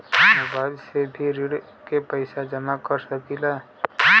Mobile से भी ऋण के पैसा जमा कर सकी ला?